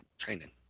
training